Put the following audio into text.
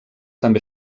també